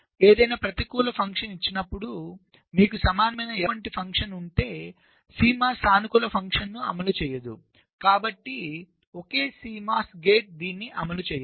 ఏదైనా ప్రతికూల ఫంక్షన్ ఇచ్చినప్పుడు మీకు సమానమైన f వంటి ఫంక్షన్ ఉంటే CMOS సానుకూల ఫంక్షన్ను అమలు చేయదు కాబట్టి ఒకే CMOS గెట్ దీన్ని అమలు చేయదు